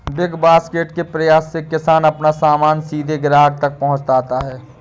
big Basket के प्रयास से किसान अपना सामान सीधे ग्राहक तक पहुंचाता है